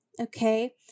Okay